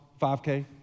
5K